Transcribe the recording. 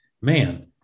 man